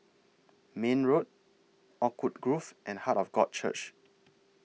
Mayne Road Oakwood Grove and Heart of God Church